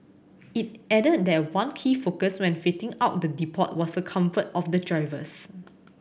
he added that one key focus when fitting out the depot was the comfort of the drivers